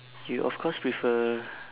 you of course with a